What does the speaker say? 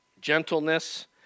gentleness